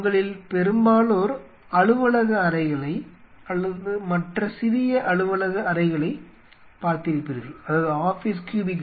உங்களில் பெரும்பாலோர் அலுவலக அறைகளை அல்லது மற்ற சிறிய அலுவலக அறைகளைப் பார்த்திருப்பீர்கள்